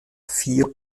vier